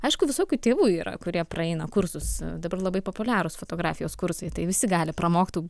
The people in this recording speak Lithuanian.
aišku visokių tėvų yra kurie praeina kursus dabar labai populiarūs fotografijos kursai tai visi gali pramokt tų